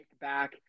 back